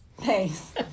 Thanks